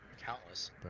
Countless